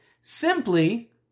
simply